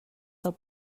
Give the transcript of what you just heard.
del